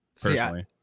Personally